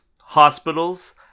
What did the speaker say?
hospitals